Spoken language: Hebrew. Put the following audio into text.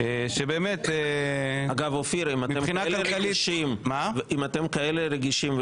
אם אתם כאלה רגישים,